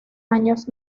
años